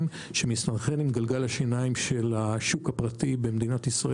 שמסתנכרן עם גלגל השיניים של השוק הפרטי במדינת ישראל,